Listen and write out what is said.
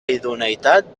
idoneïtat